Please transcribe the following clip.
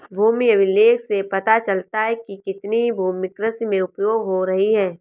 भूमि अभिलेख से पता चलता है कि कितनी भूमि कृषि में उपयोग हो रही है